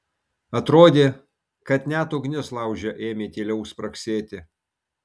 atrodė kad net ugnis lauže ėmė tyliau spragsėti